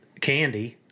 Candy